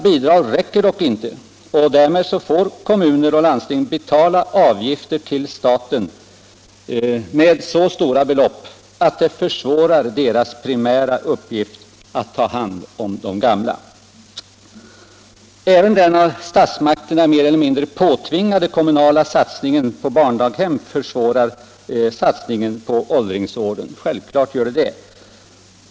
Bidragen räcker dock inte, och därför får kommuner och landsting betala avgifter till staten med så stora belopp att det försvårar deras primära uppgift att ta hand om de gamla. Även den av statsmakterna mer eller mindre påtvingade kommunala satsningen på barndaghem försvårar självklart satsningen på åldringsvården.